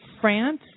France